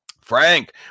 Frank